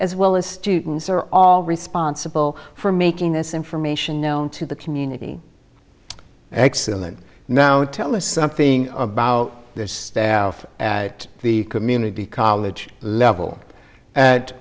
as well as students are all responsible for making this information known to the community excellent now tell us something about this staff at the community college level at